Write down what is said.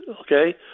okay